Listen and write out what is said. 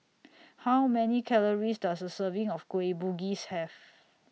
How Many Calories Does A Serving of Kueh Bugis Have